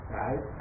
right